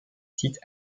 site